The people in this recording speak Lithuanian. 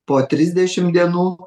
po trisdešim dienų